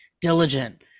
diligent